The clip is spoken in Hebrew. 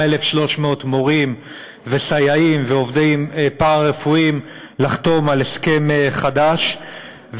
1,300 מורים וסייעים ועובדים פארה-רפואיים לחתום על הסכם חדש,